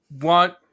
want